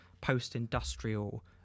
post-industrial